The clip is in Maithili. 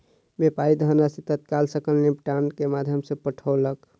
व्यापारी धनराशि तत्काल सकल निपटान के माध्यम सॅ पठौलक